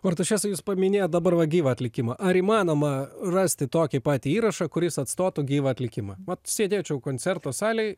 artašesai jūs paminėjot dabar va gyvą atlikimą ar įmanoma rasti tokį patį įrašą kuris atstotų gyvą atlikimą vat sėdėčiau koncerto salėj